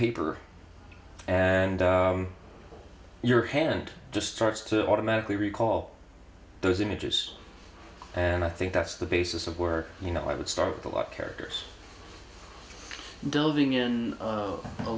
paper and your hand just starts to automatically recall those images and i think that's the basis of were you know i would start with a lot of characters delving in a